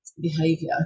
behavior